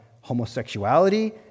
homosexuality